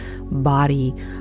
body